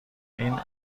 این